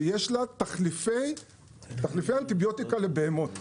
שיש לה תחליפי אנטיביוטיקה לבהמות,